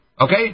Okay